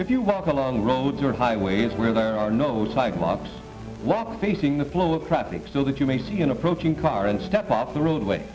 if you walk along the highways where there are no cyclops walk facing the flow of traffic so that you may see an approaching car and step off the roadway